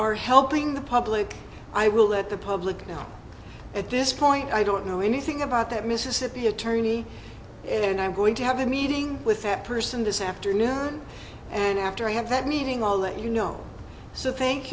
are helping the public i will let the public know at this point i don't know anything about that mississippi attorney and i'm going to have a meeting with that person this afternoon and after i have that meeting all that you know so thank